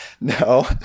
no